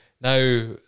now